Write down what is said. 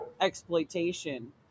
exploitation